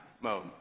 mode